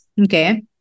Okay